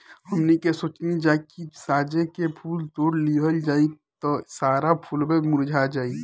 हमनी के सोचनी जा की साझे के फूल तोड़ लिहल जाइ त सारा फुलवे मुरझा जाइ